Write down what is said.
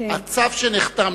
הצו שנחתם,